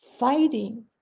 fighting